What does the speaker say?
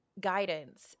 guidance